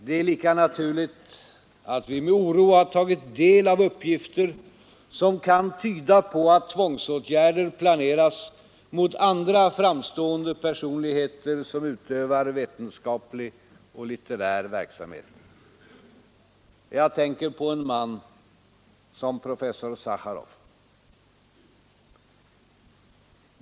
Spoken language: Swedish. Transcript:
Det är lika naturligt att vi med oro har tagit del av uppgifter som kan tyda på att tvångsåtgärder planeras mot andra framstående personligheter som utövar vetenskaplig och litterär verksamhet. Jag tänker på en man som professor Sacharov.